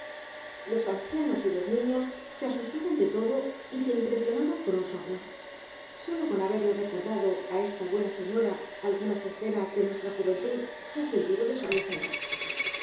los ancianos y los niños se asustan de todo y se impresionan con un soplo sólo con haberle recordado á esta buena señora algunas escenas de nuestra juventud se ha sentido desfallecer